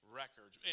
records